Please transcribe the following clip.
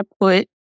put